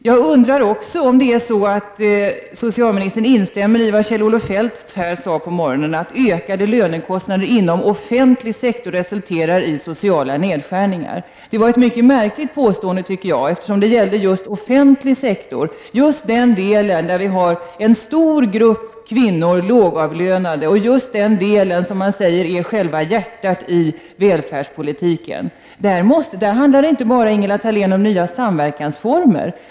Jag undrar också om socialministern instämmer i vad Kjell-Olof Feldt sade på morgonen om att ökade lönekostnader inom den offentliga sektorn resulterar i sociala nedskärningar. Det var ett mycket märkligt påpekande, eftersom det gällde just den offentliga sektorn. Det gällde den del där vi har en stor grupp lågavlönade kvinnor. Det är också den delen som sägs vara själva hjärtat i välfärdspolitiken. Det handlar inte bara, Ingela Thalén, om nya samverkansformer.